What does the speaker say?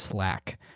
slack.